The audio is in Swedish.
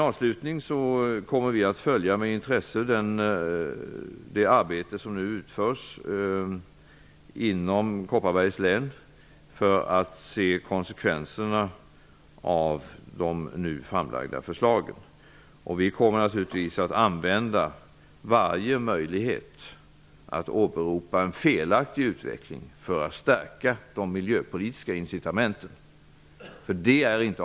Regeringen kommer med intresse att följa det arbete som nu utförs inom Kopparbergs län för att se konsekvenserna av de nu framlagda förslagen. Vi kommer att använda varje möjlighet när det gäller att åberopa en felaktig utveckling för att stärka de miljöpolitiska incitamenten.